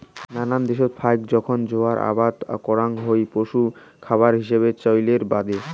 নানান দ্যাশত ফাইক জোখন জোয়ার আবাদ করাং হই পশু খাবার হিছাবে চইলের বাদে